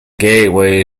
gateway